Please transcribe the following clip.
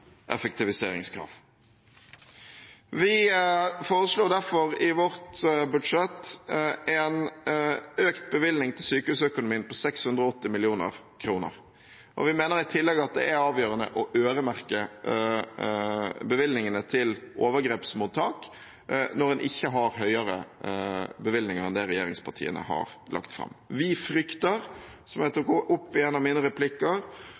effektiviseringskrav. Vi foreslår derfor i vårt budsjett en økt bevilgning til sykehusøkonomien på 680 mill. kr, og vi mener i tillegg at det er avgjørende å øremerke bevilgningene til overgrepsmottak når en ikke har høyere bevilgninger enn det regjeringspartiene har lagt fram. Vi frykter, som jeg tok opp i en av mine replikker,